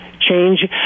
change